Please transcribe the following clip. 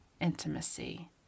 intimacy